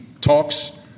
talks